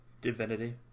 Divinity